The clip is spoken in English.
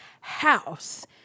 house